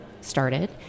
started